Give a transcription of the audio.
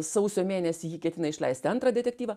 sausio mėnesį ji ketina išleisti antrą detektyvą